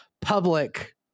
public